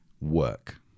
work